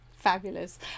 Fabulous